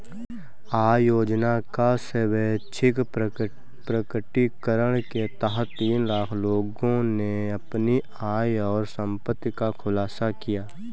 आय योजना का स्वैच्छिक प्रकटीकरण के तहत तीन लाख लोगों ने अपनी आय और संपत्ति का खुलासा किया